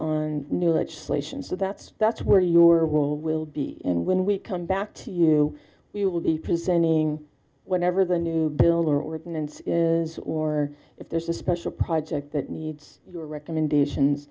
on new legislation so that's that's where your role will be and when we come back to you we will be presenting whatever the new building ordinance is or if there's a special project that needs your recommendations